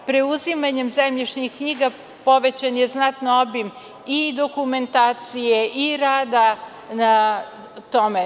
Preuzimanje zemljišnih knjiga znatno je povećan obim i dokumentacije i rada na tome.